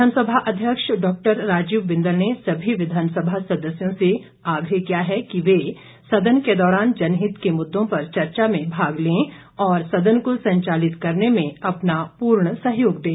विधानसभा अध्यक्ष डॉ राजीव बिंदल ने सभी विधानसभा सदस्यों से आग्रह किया है कि वे सदन के दौरान जनहित के मुद्दों पर चर्चा में भाग लें और सदन को संचालित करने में अपना पूर्ण सहयोग दें